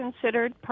considered